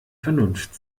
vernunft